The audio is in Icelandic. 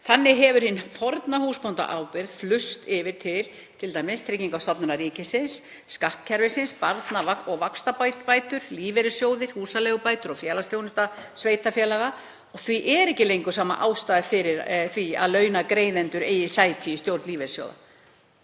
Þannig hefur hin forna húsbóndaábyrgð flust yfir til Tryggingastofnunar ríkisins, skattkerfisins (barna- og vaxtabætur), lífeyrissjóða, húsaleigubóta og félagsþjónustu sveitarfélaga. Því er ekki lengur sama ástæða fyrir því að launagreiðendur eigi sæti í stjórn lífeyrissjóða.